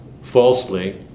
falsely